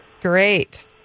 Great